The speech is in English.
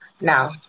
now